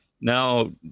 now